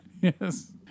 Yes